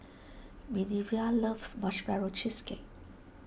Minervia loves Marshmallow Cheesecake